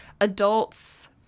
Adults